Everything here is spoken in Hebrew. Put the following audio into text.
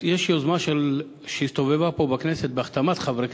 יש יוזמה שהסתובבה פה בכנסת בהחתמת חברי